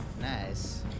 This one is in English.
Nice